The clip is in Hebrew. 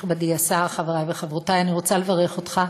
נכבדי השר, חברי וחברותי, אני רוצה לברך אותך,